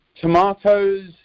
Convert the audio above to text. tomatoes